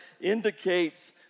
indicates